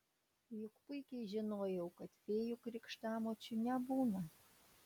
juk puikiai žinojau kad fėjų krikštamočių nebūna